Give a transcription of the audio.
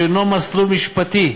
שאינו מסלול משפטי,